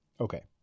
Okay